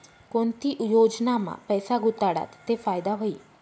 कोणती योजनामा पैसा गुताडात ते फायदा व्हई?